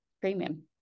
premium